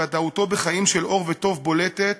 שוודאותו בחיים של אור וטוב בולטת,